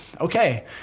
okay